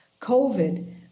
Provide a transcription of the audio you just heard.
COVID